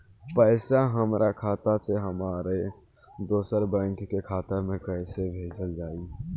पैसा हमरा खाता से हमारे दोसर बैंक के खाता मे कैसे भेजल जायी?